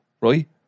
right